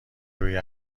روی